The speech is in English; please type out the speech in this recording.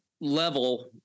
level